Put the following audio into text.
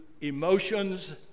emotions